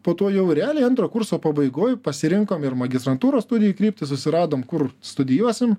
po to jau realiai antro kurso pabaigoj pasirinkom ir magistrantūros studijų kryptis susiradom kur studijuosim